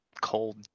cold